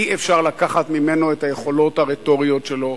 אי-אפשר לקחת ממנו את היכולות הרטוריות שלו,